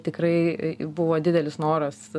tikrai buvo didelis noras